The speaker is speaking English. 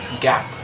gap